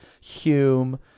Hume